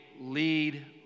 lead